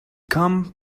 come